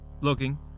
looking